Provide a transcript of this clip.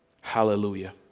Hallelujah